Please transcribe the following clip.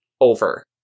over